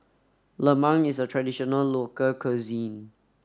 Lemang is a traditional local cuisine